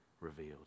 revealed